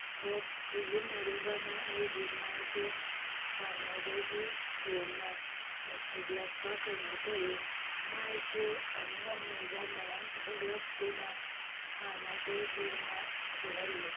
shop ꯁꯤꯖꯤꯟꯅꯔꯨꯕꯅ ꯑꯩꯒꯤ ꯃꯥꯏꯁꯦ ꯍꯥꯟꯅꯗꯒꯤ ꯍꯦꯟꯅ ꯃꯨꯁꯤꯜꯂꯛꯄ꯭ꯔꯥ ꯀꯩꯅꯣ ꯇꯧꯋꯤ ꯃꯥꯏꯁꯨ ꯑꯃꯨ ꯑꯃꯨꯕ ꯃꯌꯥꯝ ꯊꯣꯛꯂꯛꯇꯨꯅ ꯍꯥꯟꯅꯗꯒꯤ ꯍꯦꯟꯅ ꯊꯤꯍꯜꯂꯤ